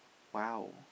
!wow!